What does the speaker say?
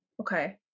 Okay